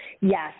Yes